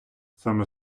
саме